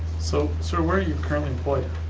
so, sir, where are you currently employed?